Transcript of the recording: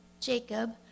Jacob